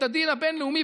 זה לא ראוי.